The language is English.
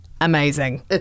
amazing